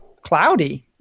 cloudy